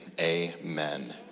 amen